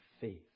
faith